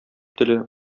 теле